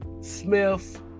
Smith